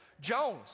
Jones